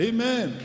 Amen